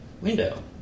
window